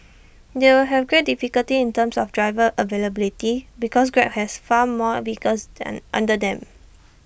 they will have great difficulty in terms of driver availability because grab has far more vehicles then under them